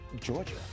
Georgia